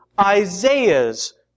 Isaiah's